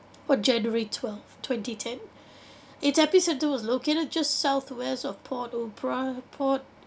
on january twelve twenty ten its epicentre was located just south-west of port-au-pri~ port-au-prince